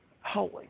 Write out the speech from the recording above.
holy